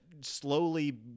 slowly